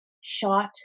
shot